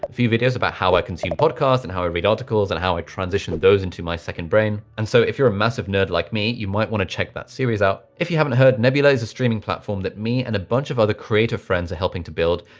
few videos about how i consume podcasts and how i read articles and how i transition those into my second brain. and so if you're a massive nerd like me, you might wanna check that series out. if you haven't heard nebula is a streaming platform that me and a bunch of other creative friends are helping to build.